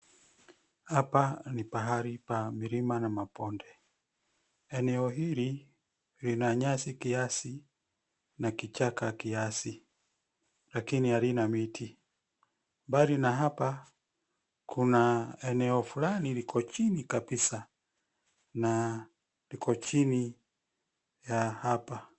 Hapa ni pahali pa milima na mabonde, eneo hili lina nyasi kiasi na kichaka kiac lakini halina miti. Mbali na hapa kuna eneo flani liko chini kabisa na liko chini ya hapa.